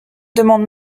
demande